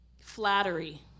Flattery